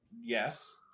Yes